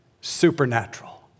supernatural